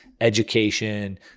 education